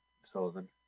Sullivan